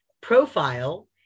profile